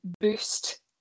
boost